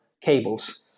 cables